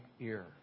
ear